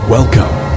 Welcome